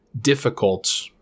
difficult